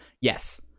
Yes